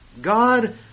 God